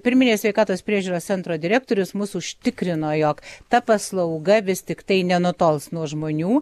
pirminės sveikatos priežiūros centro direktorius mus užtikrino jog ta paslauga vis tiktai nenutols nuo žmonių